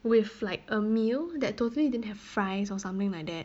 with like a meal that totally didn't have fries or something like that